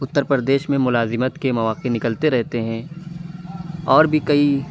اُتر پردیش میں ملازمت کے مواقع نکلتے رہتے ہیں اور بھی کئی